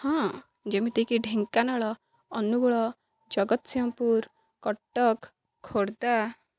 ହଁ ଯେମିତିକି ଢେଙ୍କାନାଳ ଅନୁଗୁଳ ଜଗତସିଂହପୁର କଟକ ଖୋର୍ଦ୍ଧା